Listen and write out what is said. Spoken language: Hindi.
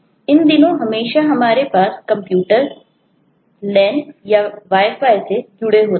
इन दिनों हमेशा हमारे पास कंप्यूटर LAN या Wi Fi से जुड़े होते हैं